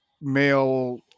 male